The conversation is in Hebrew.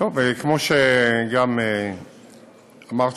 כמו שכבר אמרתי,